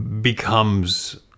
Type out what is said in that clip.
becomes